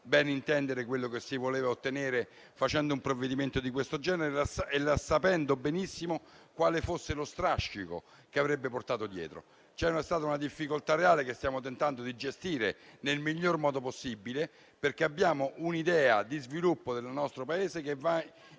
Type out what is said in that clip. ben intendere quello che si voleva ottenere facendo un provvedimento di questo genere, sapendo benissimo quale strascico avrebbe portato dietro. C'è stata una difficoltà reale che stiamo tentando di gestire nel miglior modo possibile, perché abbiamo un'idea di sviluppo del nostro Paese che va in